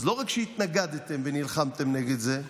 אז לא רק שהתנגדתם ונלחמתם נגד זה,